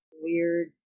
weird